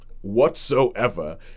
whatsoever